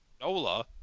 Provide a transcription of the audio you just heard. NOLA